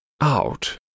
Out